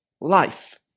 life